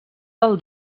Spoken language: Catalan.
del